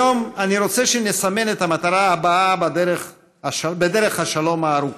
היום אני רוצה שנסמן את המטרה הבאה בדרך השלום הארוכה: